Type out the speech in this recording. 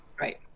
right